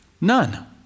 None